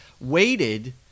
waited